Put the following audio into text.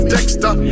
Dexter